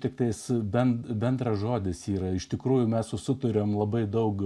tiktai jis bent bendras žodis yra iš tikrųjų mes sutariame labai daug